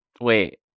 wait